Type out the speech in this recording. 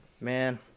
Man